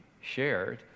shared